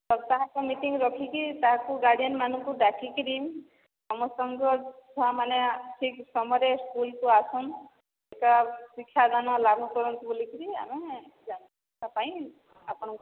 ସପ୍ତାହକ ମିଟିଂ ରଖିକି କାହାକୁ ଗାର୍ଡ଼ିଏନ୍ମାନଙ୍କୁ ଡାକିକରି ସମସ୍ତଙ୍କ ଛୁଆମାନେ ଠିକ୍ ସମୟରେ ସ୍କୁଲ୍କୁ ଆସନ୍ ଶିକ୍ଷାଦାନ ଲାଭ କରନ୍ତୁ ବୋଲିକିରି ଆମେ ପାଇଁ ଆପଣଙ୍କୁ